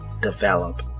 develop